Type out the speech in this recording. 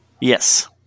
Yes